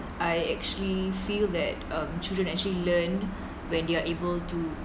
I actually feel that um children actually learn when they are able to